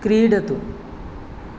क्रीडतु